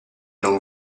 non